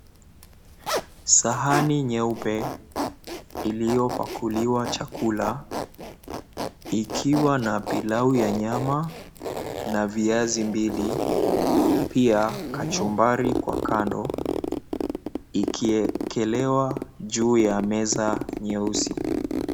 Sahani nyeupe iliyopakuliwa chakula ikiwa na pilau ya nyama na viazi mbili, pia kachumbari kwa kando ikiekelewa juu ya meza nyeusi.